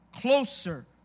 Closer